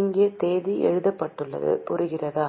இங்கே தேதி எழுதப்பட்டுள்ளது புரிகிறதா